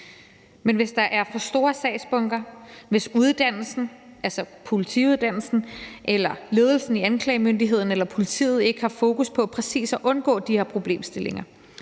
Men hvis der er for store sagsbunker, hvis uddannelsen, altså politiuddannelsen, eller ledelsen i anklagemyndigheden eller politiet ikke har fokus på præcis at undgå de her problemstillinger,